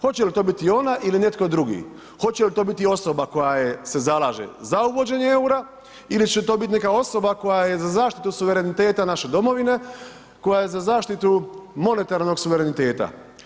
Hoće li to biti ona ili netko drugi, hoće li to biti osoba koja se zalaže za uvođenje EUR-a ili će to biti neka osoba koja je za zaštitu suvereniteta naše domovine, koja je za zaštitu monetarnog suvereniteta.